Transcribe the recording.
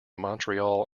montreal